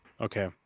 Okay